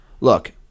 look